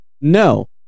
No